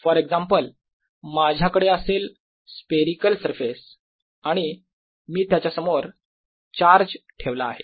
for example माझ्याकडे असेल spherical surface आणि मी त्याच्या समोर चार्ज ठेवला आहे